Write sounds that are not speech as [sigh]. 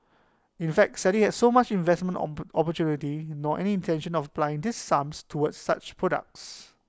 in fact Sally had so such investment [unintelligible] opportunity nor any intention of applying these sums towards such products